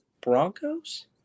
Broncos